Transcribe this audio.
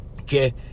Okay